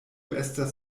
estas